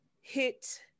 hit